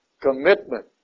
commitment